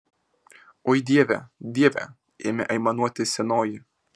oi dieve dieve ėmė aimanuoti senoji